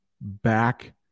back